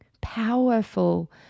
powerful